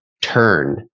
turn